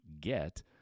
get